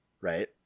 Right